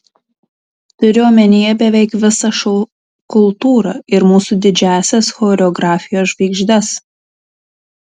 turiu omenyje beveik visą šou kultūrą ir mūsų didžiąsias choreografijos žvaigždes